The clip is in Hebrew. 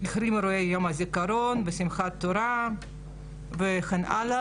החרים אירועי יום זיכרון ושמחת תורה וכן הלאה